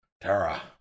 Tara